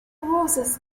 roses